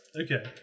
Okay